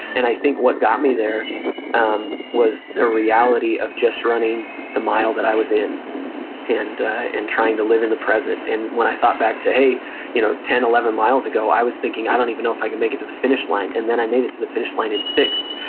and i think what got me there um was the reality of just running the mile that i was in and trying to live in the present. and when i thought back to, hey you know ten, eleven miles ago, i was thinking i don't even know if i can make it to the finish line and then i made it to the finish line in sixth.